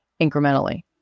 incrementally